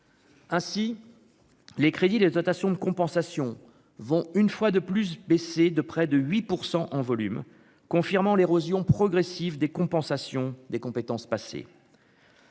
Ainsi les crédits, les dotations de compensation vont une fois de plus baissé de près de 8 % en volume, confirmant l'érosion progressive des compensations des compétences passer.